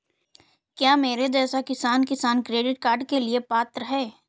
क्या मेरे जैसा किसान किसान क्रेडिट कार्ड के लिए पात्र है?